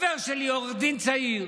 אמרתי לחבר שלי, עורך דין צעיר: